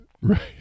Right